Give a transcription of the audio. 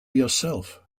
yourself